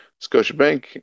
Scotiabank